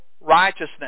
righteousness